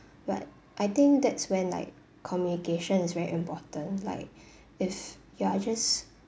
but I think that's when like communication is very important like if you are just